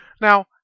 Now